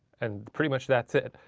and pretty much that's it.